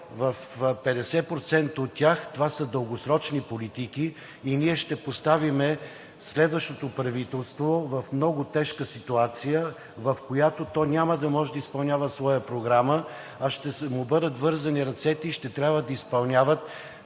в 50% от тях това са дългосрочни политики и ние ще поставим следващото правителство в много тежка ситуация, в която няма да може да изпълнява своя програма, а ще му бъдат вързани ръцете и ще трябва да изпълнява